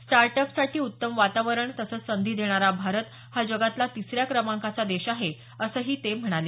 start अप्ससाठी उत्तम वातावरण तसंच संधी देणारा भारत हा जगातला तिसऱ्या क्रमांकाचा देश आहे असंही ते म्हणाले